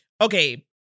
okay